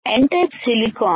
N type silicon